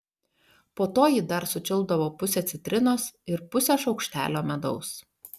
po to ji dar sučiulpdavo pusę citrinos ir pusę šaukštelio medaus